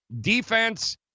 Defense